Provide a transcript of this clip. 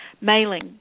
mailing